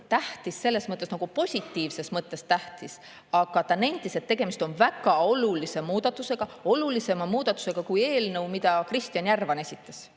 "tähtis" selles mõttes, et positiivses mõttes tähtis, aga ta nentis, et tegemist on väga olulise muudatusega, olulisema muudatusega kui eelnõu, mida Kristjan Järvan esitas.